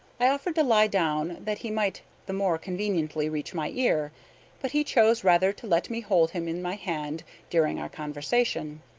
i offered to lie down that he might the more conveniently reach my ear but he chose rather to let me hold him in my hand during our conversation.